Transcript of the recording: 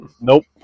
nope